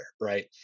Right